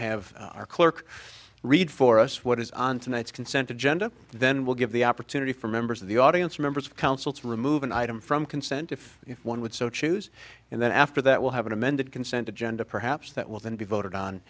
have our clerk read for us what is on tonight's consent agenda then we'll give the opportunity for members of the audience members of council to remove an item from consent if one would so choose and then after that will have an amended consent agenda perhaps that will then be voted on